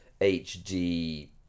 hd